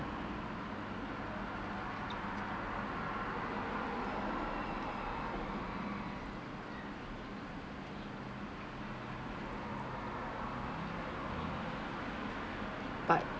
but